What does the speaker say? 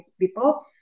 people